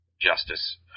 justice